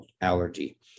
allergy